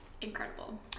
incredible